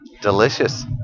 Delicious